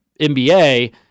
NBA